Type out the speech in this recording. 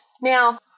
Now